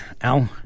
Al